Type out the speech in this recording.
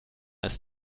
ist